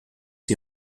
die